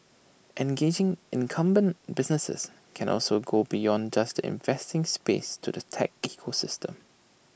engaging incumbent businesses can also go beyond just the investing space to the tech ecosystem